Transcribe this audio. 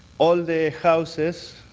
all the houses,